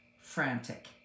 frantic